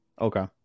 okay